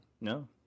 No